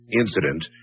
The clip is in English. incident